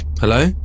Hello